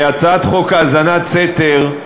הצעת חוק האזנת סתר,